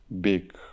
big